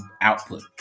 output